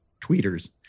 tweeters